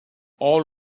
all